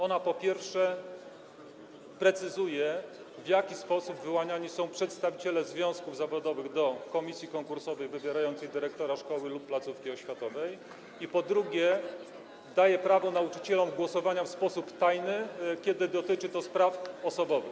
Ona, po pierwsze, precyzuje, w jaki sposób wyłaniani są przedstawiciele związków zawodowych do komisji konkursowej wybierającej dyrektora szkoły lub placówki oświatowej, po drugie, daje nauczycielom prawo głosowania w sposób tajny, kiedy dotyczy to spraw osobowych.